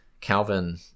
Calvin